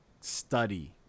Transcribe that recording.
Study